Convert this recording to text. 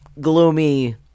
gloomy